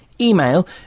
Email